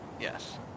Yes